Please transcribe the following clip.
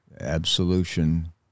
absolution